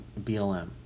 BLM